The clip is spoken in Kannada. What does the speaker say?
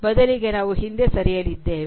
ಬದಲಿಗೆ ನಾವು ಹಿಂದೆ ಸರಿಯಲಿದ್ದೇವೆ